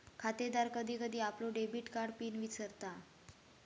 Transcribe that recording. खातेदार कधी कधी आपलो डेबिट कार्ड पिन विसरता